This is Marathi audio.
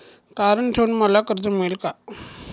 तारण ठेवून मला कर्ज मिळेल का?